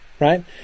Right